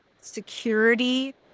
security